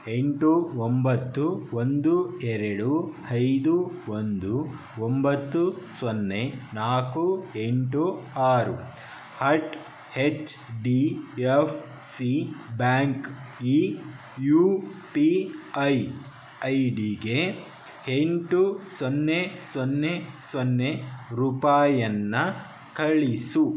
ಎಂಟು ಒಂಬತ್ತು ಒಂದು ಎರಡು ಐದು ಒಂದು ಒಂಬತ್ತು ಸೊನ್ನೆ ನಾಲ್ಕು ಎಂಟು ಆರು at H D F C bank ಈ ಯು ಪಿ ಐ ಐ ಡಿಗೆ ಎಂಟು ಸೊನ್ನೆ ಸೊನ್ನೆ ಸೊನ್ನೆ ರೂಪಾಯಿಯನ್ನ ಕಳಿಸು